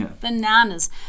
Bananas